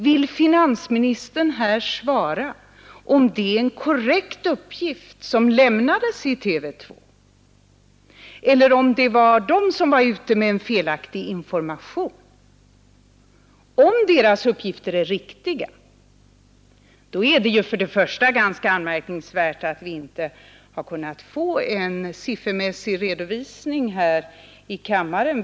Vill finansministern svara på frågan om det är en korrekt uppgift som lämnades i programmet Rapport eller om informationen var felaktig? Om uppgifterna i programmet är riktiga, är det för det första ganska anmärkningsvärt att vi inte har kunnat få en siffermässig redovisning här i kammaren.